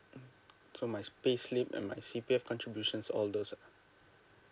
mm so my paid leave and my C_P_F contributions all those lah